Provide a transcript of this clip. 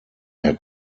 herr